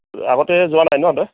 আগতে যোৱা নাই ন তই